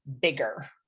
bigger